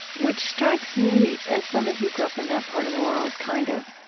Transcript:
which strikes me, as somebody who grew up in that part of the world, kind of,